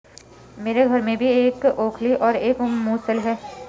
मेरे घर में भी एक ओखली और एक मूसल है